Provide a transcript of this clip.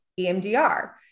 EMDR